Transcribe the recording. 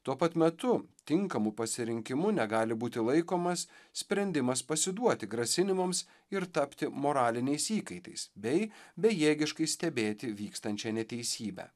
tuo pat metu tinkamu pasirinkimu negali būti laikomas sprendimas pasiduoti grasinimams ir tapti moraliniais įkaitais bei bejėgiškai stebėti vykstančią neteisybę